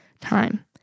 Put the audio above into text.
time